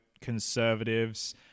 conservatives